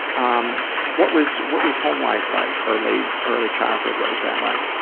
um what was what was home life like? early early childhood, what was that like?